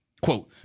Quote